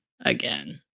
again